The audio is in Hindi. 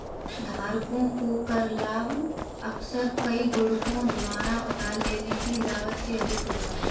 धारकों को कर लाभ अक्सर कई गुणकों द्वारा उधार लेने की लागत से अधिक होगा